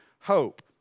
hope